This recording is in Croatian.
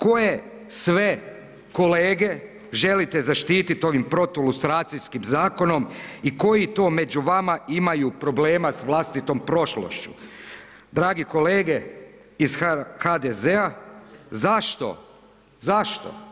Koje sve kolege želite zaštititi ovim protu lustracijskim zakonom i koji to među vama imaju problema sa vlastitom prošlošću?“ Dragi kolege iz HDZ-a zašto?